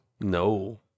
No